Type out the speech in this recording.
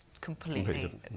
completely